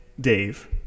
Dave